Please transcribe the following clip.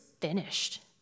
finished